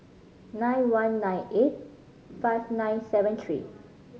nine one nine eight five nine seven three